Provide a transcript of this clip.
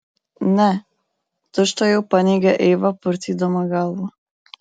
ne tučtuojau paneigė eiva purtydama galvą